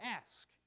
ask